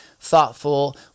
thoughtful